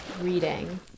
reading